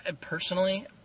personally